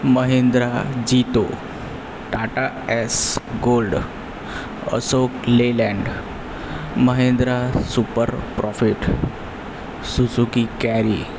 Mahindra Jeeto Tata Ace Gold Ashok Leyland Mahindra Super Profit Suzuki carry